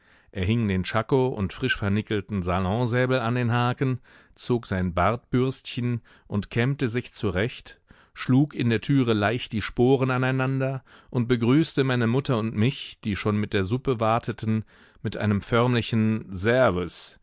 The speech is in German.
er hing den tschako und frischvernickelten salonsäbel an den haken zog sein bartbürstchen und kämmte sich zurecht schlug in der türe leicht die sporen aneinander und begrüßte meine mutter und mich die schon mit der suppe warteten mit einem förmlichen servus